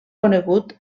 conegut